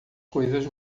coisas